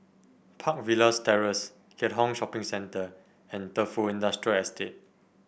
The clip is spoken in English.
Park Villas Terrace Keat Hong Shopping Centre and Defu Industrial Estate